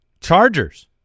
Chargers